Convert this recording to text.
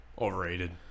Overrated